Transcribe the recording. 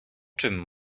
czym